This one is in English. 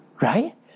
Right